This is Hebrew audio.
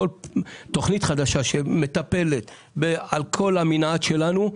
כל תוכנית חדשה שמטפלת בכל המנעד שלנו,